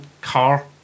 car